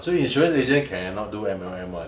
ah so insurance agent cannot do M_L_M [one]